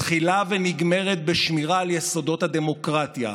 מתחילה ונגמרת בשמירה על יסודות הדמוקרטיה.